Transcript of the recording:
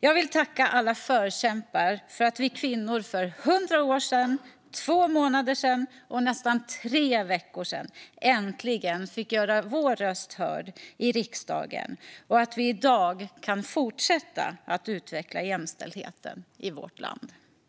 Jag vill tacka alla förkämpar för att vi kvinnor för 100 år, 2 månader och nästan 3 veckor sedan äntligen fick göra våra röster hörda i riksdagen och för att vi i dag kan fortsätta att utveckla jämställdheten i vårt land.